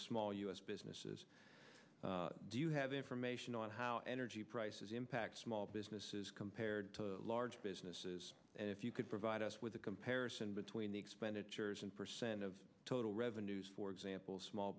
of small u s businesses do you have information on how energy prices impact small businesses compared to large businesses and if you could provide us with a comparison between the expenditures and percent of total revenues for example small